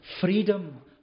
freedom